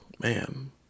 Man